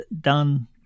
done